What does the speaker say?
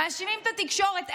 מאשימים את התקשורת.